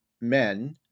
men